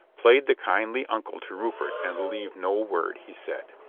played the kindly uncle to rupert and believed no word he said.